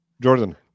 Jordan